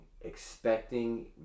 expecting